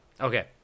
Okay